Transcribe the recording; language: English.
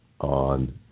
on